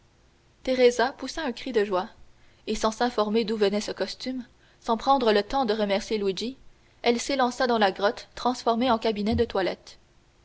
teresa poussa un cri de joie et sans s'informer d'où venait ce costume sans prendre le temps de remercier luigi elle s'élança dans la grotte transformée en cabinet de toilette